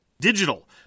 digital